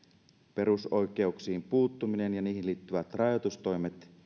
perusoikeuksiin puuttuminen ja niihin liittyvät rajoitustoimet